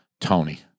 Tony